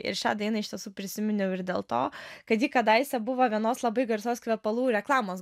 ir šią dainą iš tiesų prisiminiau ir dėl to kad ji kadaise buvo vienos labai garsios kvepalų reklamos